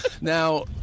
Now